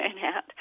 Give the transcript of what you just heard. turnout